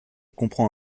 comprend